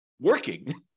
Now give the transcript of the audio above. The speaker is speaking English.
working